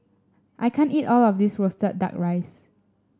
I can't eat all of this roasted duck rice